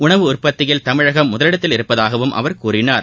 உணவு உற்பத்தியில் தமிழகம் முதலிடத்தில் இருப்பதாகவம் அவர் கூறினார்